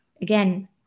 again